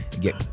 get